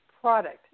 product